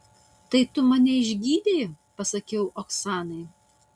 tai tu mane išgydei pasakiau oksanai